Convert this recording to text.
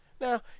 Now